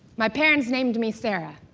my parents named me sarah,